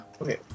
Okay